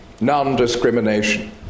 Non-discrimination